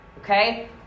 Okay